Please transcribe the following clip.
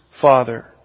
Father